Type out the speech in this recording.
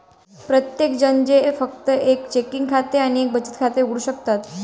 प्रत्येकजण जे फक्त एक चेकिंग खाते आणि एक बचत खाते उघडू शकतात